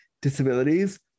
disabilities